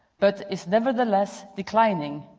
but is nevertheless declining.